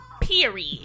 period